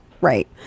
right